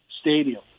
stadium